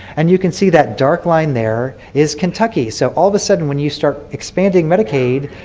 and you can see that dark line there is kentucky. so all of a sudden when you start expanding medicaid,